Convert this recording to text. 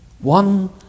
One